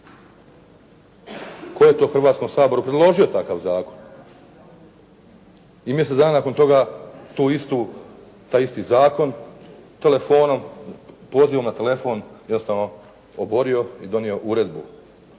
Tko je Hrvatskom saboru predložio takav zakon i mjesec dana nakon toga tu istu, taj isti zakon telefonom pozivom na telefon jednostavno oborio i donio uredbu.